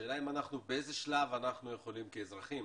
השאלה באיזה שלב אנחנו יכולים כאזרחים